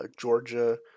Georgia